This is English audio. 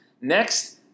Next